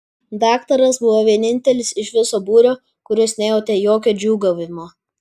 daktaras buvo vienintelis iš viso būrio kuris nejautė jokio džiūgavimo